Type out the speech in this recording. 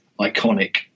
iconic